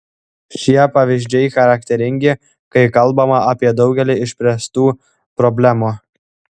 šie pavyzdžiai charakteringi kai kalbama apie daugelį išspręstų problemų